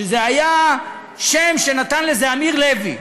שם שנתן לה אמיר לוי,